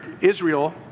Israel